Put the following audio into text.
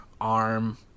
arm